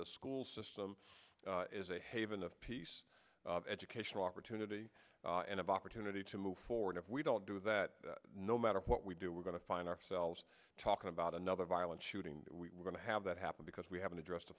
the school system is a haven of peace educational opportunity and of opportunity to move forward if we don't do that no matter what we do we're going to find ourselves talking about another violent shooting we are going to have that happen because we haven't addressed the